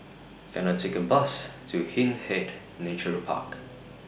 Can I Take A Bus to Hindhede Nature Park